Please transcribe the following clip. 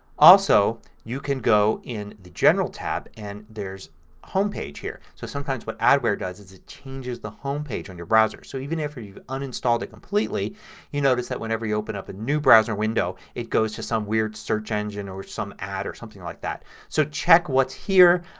also, you can go in the general tab and there's homepage here. so sometimes what adware does is it changes the homepage on your browser. so even after you've uninstalled it completely you notice that whenever you open up a new browser window it goes to some weird search engine or some ad or something like that. so check what's here.